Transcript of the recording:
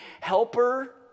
helper